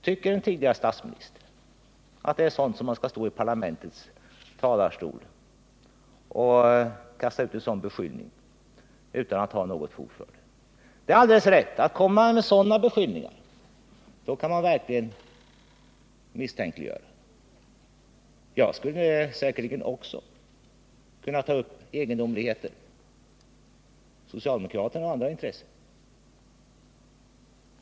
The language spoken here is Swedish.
Tycker den tidigare statsministern att man skall stå i parlamentets talarstol och kasta ut en sådan beskyllning utan att ha något fog för den? Kommer man med sådana anklagelser kan man verkligen misstänkliggöra vad man vill. Jag skulle säkerligen också kunna ta upp egendomliga samspel mellan socialdemokraterna och andra intressen.